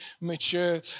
mature